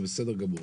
זה בסדר גמור,